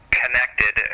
connected